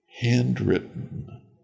handwritten